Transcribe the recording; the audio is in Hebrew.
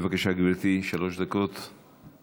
בבקשה, גברתי, שלוש דקות.